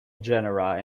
genera